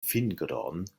fingron